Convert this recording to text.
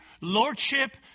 lordship